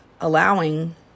allowing